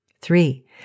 Three